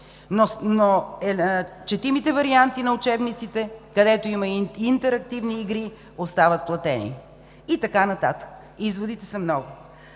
но четимите варианти на учебниците, където има интерактивни игри, остават платени“ и така нататък. Изводите са много.